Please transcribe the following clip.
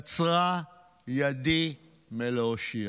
קצרה ידי מלהושיע.